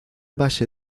base